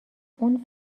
اون